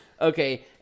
Okay